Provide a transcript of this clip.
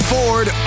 Ford